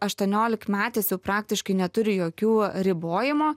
aštuoniolikmetis jau praktiškai neturi jokių ribojimo